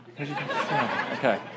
Okay